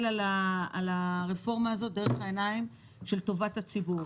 על הרפורמה הזאת דרך העיניים של טובת הציבור.